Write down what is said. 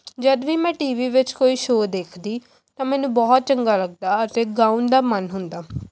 ਜਦ ਵੀ ਮੈਂ ਟੀ ਵੀ ਵਿੱਚ ਕੋਈ ਸ਼ੋਅ ਦੇਖਦੀ ਤਾਂ ਮੈਨੂੰ ਬਹੁਤ ਚੰਗਾ ਲੱਗਦਾ ਅਤੇ ਗਾਉਣ ਦਾ ਮਨ ਹੁੰਦਾ